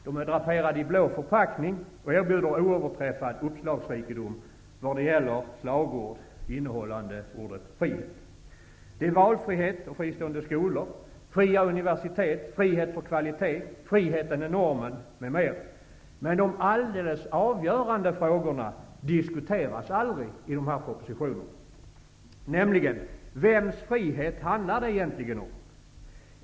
De är draperade i blå förpackning och erbjuder oöverträffad uppslagsrikedom vad gäller slagord innehållande ordet frihet. Det är Men de alldeles avgörande frågorna diskuteras aldrig. Vems frihet handlar det egentligen om?